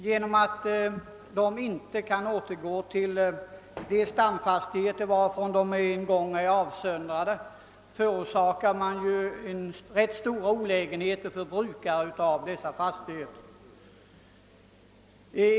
Genom att dessa inte kan återgå till de stamfastigheter, från vilka de en gång har avsöndrats, förorsakas brukarna av dessa fastigheter rätt stora olägenheter.